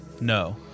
no